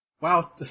Wow